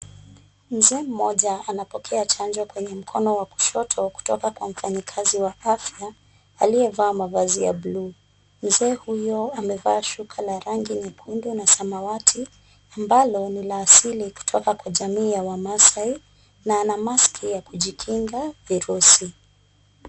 Mzee mmoja anapokea chanjo kwenye mkono wa kushoto, kutoka kwa mfanyikazi wa afya aliyevaa mavazi ya buluu. Mzee huyo amevaa shuka la rangi nyekundu na samawati, ambalo ni la asili kutoka kwa jamii la wa Maasai na ana maski ya kujikinga virusi.